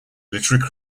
literary